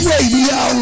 Radio